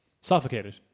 suffocated